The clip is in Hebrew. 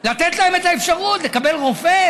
לתת להם את האפשרות לקבל רופא,